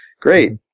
great